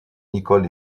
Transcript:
nicholl